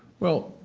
well,